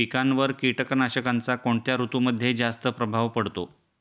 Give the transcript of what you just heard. पिकांवर कीटकनाशकांचा कोणत्या ऋतूमध्ये जास्त प्रभाव पडतो?